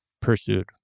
pursued